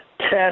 test